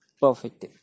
perfect